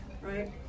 Right